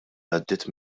għaddiet